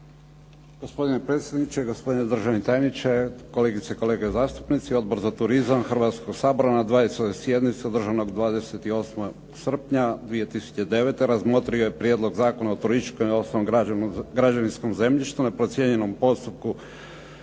Gospodine predsjedniče, gospodine državni tajniče, kolegice i kolege zastupnici. Odbor za turizam Hrvatskog sabora na …/Govornik se ne razumije./… sjednici održanog 28. srpnja 2009. razmotrio je Prijedlog Zakona o turističkom i ostalom građevinskom zemljištu neprocijenjenom u postupku